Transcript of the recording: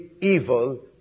evil